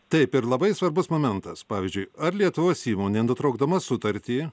taip ir labai svarbus momentas pavyzdžiui ar lietuvos įmonė nutraukdama sutartį